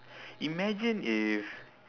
imagine if